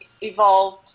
evolved